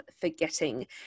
forgetting